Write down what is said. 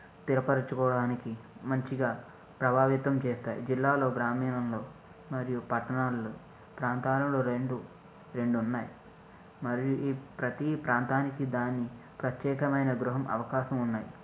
స్టిరపరుచుకోడానికి మంచిగా ప్రభావితం చేస్తాయి జిల్లాలో గ్రామీణ మరియు పట్టణాలలో ప్రాంతాలలో రెండు రెండు ఉన్నాయి మరియు ఈ ప్రతి ప్రాంతానికి దాని ప్రత్యేకమైన గృహం అవకాశం ఉన్నాయి